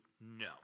no